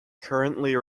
currently